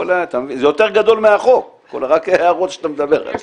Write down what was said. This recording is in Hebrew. זה יותר גדול מהחוק, רק ההערות שאתה מדבר עליהן.